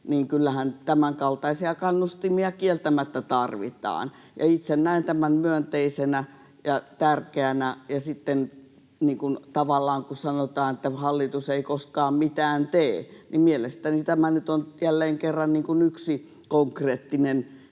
niin kyllähän tämänkaltaisia kannustimia kieltämättä tarvitaan, ja itse näen tämän myönteisenä ja tärkeänä. Sitten tavallaan, kun sanotaan, että hallitus ei koskaan mitään tee, mielestäni tämä nyt on jälleen kerran yksi konkreettinen